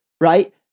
right